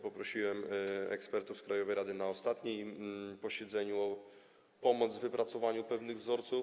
Poprosiłem ekspertów z krajowej rady na ostatnim posiedzeniu o pomoc w wypracowaniu pewnych wzorców.